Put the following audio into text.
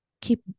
Keep